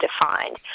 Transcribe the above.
defined